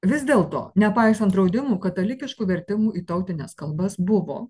vis dėlto nepaisant draudimų katalikiškų vertimų į tautines kalbas buvo